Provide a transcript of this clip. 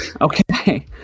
okay